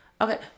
Okay